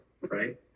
right